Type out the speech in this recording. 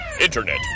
Internet